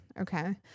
okay